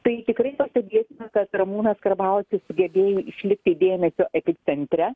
tai tikrai stebėtina kad ramūnas karbauskis sugebėjo išlikti dėmesio epicentre